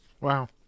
Wow